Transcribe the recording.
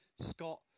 scott